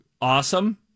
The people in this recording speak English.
awesome